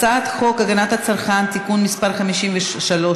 הצעת חוק הגנת הצרכן (תיקון מס' 53),